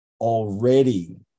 already